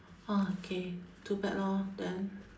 orh okay too bad lor then